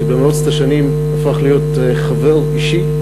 שבמרוצת השנים הפך להיות חבר אישי,